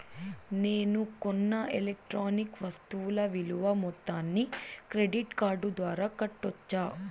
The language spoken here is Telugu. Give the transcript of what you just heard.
నేను కొన్న ఎలక్ట్రానిక్ వస్తువుల విలువ మొత్తాన్ని క్రెడిట్ కార్డు ద్వారా కట్టొచ్చా?